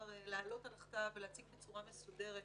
להעלות על הכתב ולהציג בצורה מסודרת